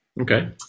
Okay